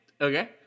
Okay